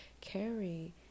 carry